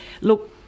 Look